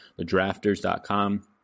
thedrafters.com